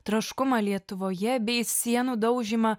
troškumą lietuvoje bei sienų daužymą